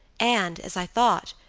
and, as i thought,